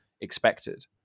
expected